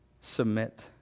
submit